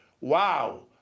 Wow